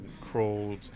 crawled